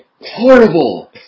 Horrible